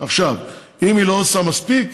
עכשיו, אם היא לא עושה מספיק,